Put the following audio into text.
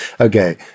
Okay